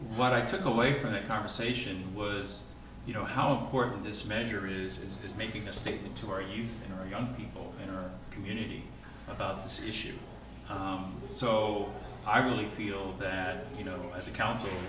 what i took away from that conversation was you know how important this measure is is making a statement to our youth in our young people in our community about this issue so i really feel that you know as a coun